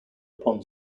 upon